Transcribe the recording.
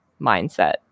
mindset